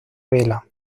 vela